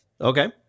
Okay